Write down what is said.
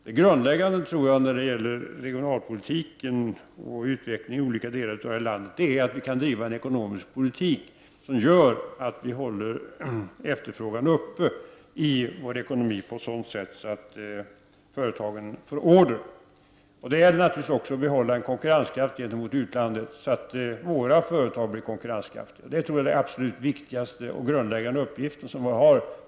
Det grundläggande när det gäller regionalpolitiken och utvecklingen i olika delar av landet är enligt min mening att vi kan driva en ekonomisk politik som gör att vi i vår ekonomi håller efterfrågan uppe och att företagen på det sättet får order. Det gäller naturligtvis också att behålla en konkurrenskraft gentemot utlandet, så att våra företag blir konkurrenskraftiga. Jag tror att detta är vår absolut viktigaste och mest grundläggande uppgift framöver.